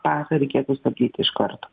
pasą reikėtų stabdyti iš karto